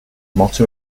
motto